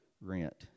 rent